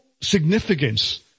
significance